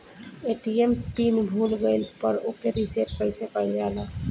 ATM pin भूल गईल पर ओके रीसेट कइसे कइल जाला?